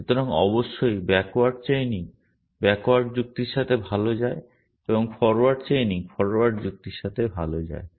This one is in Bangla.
সুতরাং অবশ্যই ব্যাকওয়ার্ড চেইনিং ব্যাকওয়ার্ড যুক্তির সাথে ভাল যায় এবং ফরোয়ার্ড চেইনিং ফরওয়ার্ড যুক্তির সাথে ভাল যায়